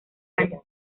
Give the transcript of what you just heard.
años